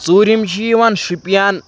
ژوٗرِم چھِ یِوان شُپیَن